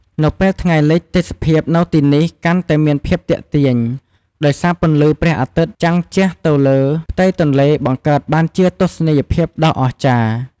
នៅពេលថ្ងៃលិច ទេសភាពនៅទីនេះកាន់តែមានភាពទាក់ទាញ ដោយសារពន្លឺព្រះអាទិត្យចាំងជះទៅលើផ្ទៃទន្លេ បង្កើតបានជាទស្សនីយភាពដ៏អស្ចារ្យ ។